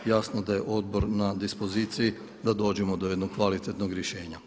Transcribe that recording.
Jasno da je odbor na dispoziciji da dođemo do jednog kvalitetnog rješenja.